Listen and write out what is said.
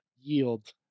yield